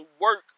work